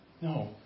No